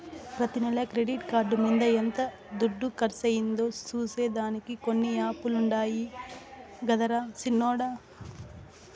ప్రతి నెల credit card మింద ఎంత దుడ్డు కర్సయిందో సూసే దానికి కొన్ని యాపులుండాయి గదరా సిన్నోడ